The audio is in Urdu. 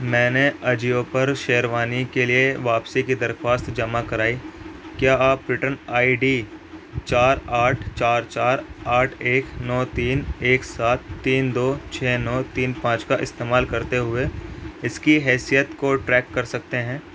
میں نے اجیو پر شیروانی کے لیے واپسی کی درخواست جمع کرائی کیا آپ ریٹرن آئی ڈی چار آٹھ چار چار آٹھ ایک نو تین ایک سات تین دو چھ نو تین پانچ کا استعمال کرتے ہوئے اس کی حیثیت کو ٹریک کر سکتے ہیں